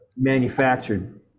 manufactured